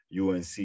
UNC